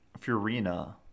Furina